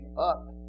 up